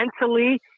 mentally